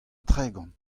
tregont